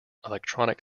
electronic